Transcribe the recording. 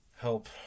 help